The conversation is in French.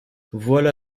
voilà